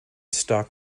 stock